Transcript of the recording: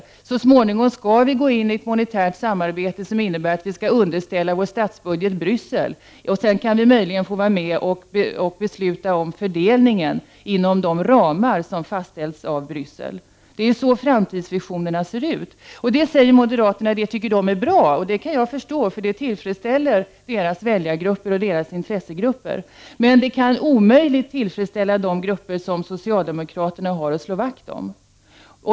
De anser också att vi så småningom skall gå in i ett monetärt samarbete som innebär att vi skall underställa vår statsbudget Bryssel. Sedan kan vi möjligen få vara med och besluta om fördelningen inom de ramar som har fastställts i Bryssel. Så ser framtidsvisionerna ut. Moderaterna tycker att dessa visioner är bra, och det kan jag förstå. Denna utveckling tillfredsställer deras väljaroch intressegrupper. Visionerna kan dock omöjligen tillfredsställa de grupper som socialdemokraterna har att slå vakt om.